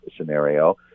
scenario